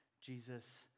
Jesus